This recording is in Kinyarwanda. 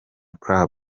club